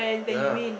yeah